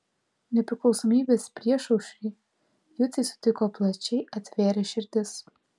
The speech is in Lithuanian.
nepriklausomybės priešaušrį juciai sutiko plačiai atvėrę širdis